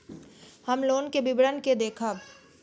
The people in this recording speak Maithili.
हम लोन के विवरण के देखब?